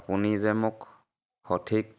আপুনি যে মোক সঠিক